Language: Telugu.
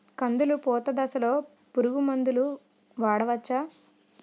కందులు పూత దశలో పురుగు మందులు వాడవచ్చా?